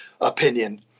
opinion